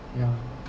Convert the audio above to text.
yeah